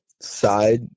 side